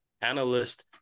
analyst